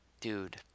Dude